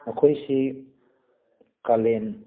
ꯃꯈꯣꯏꯁꯤ ꯀꯥꯂꯦꯟ